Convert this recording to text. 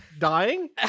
Dying